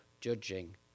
judging